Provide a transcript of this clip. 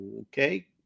Okay